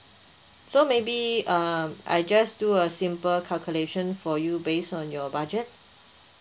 so maybe um I just do a simple calculation for you based on your budget